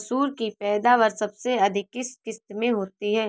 मसूर की पैदावार सबसे अधिक किस किश्त में होती है?